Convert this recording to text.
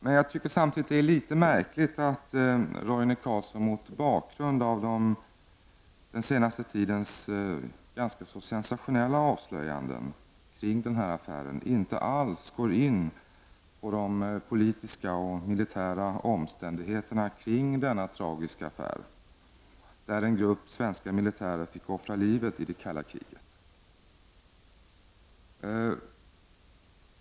Men jag tycker samtidigt att det är litet märkligt att Roine Carlsson, mot bakgrund av den senaste tidens ganska sensationella avslöjanden i denna affär, inte alls går in på de politiska och militära omständigheterna kring denna tragiska händelse, då en grupp svenska militärer fick offra livet i det kalla kriget.